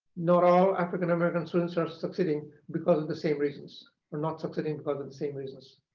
not all african-american students are succeeding because of the same reasons or not succeeding because of the same reasons.